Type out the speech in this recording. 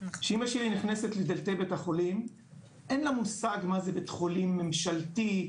כשאמא שלי נכנסת בדלתי בית החולים אין לה מושג מה זה בית חולים ממשלתי,